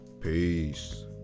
peace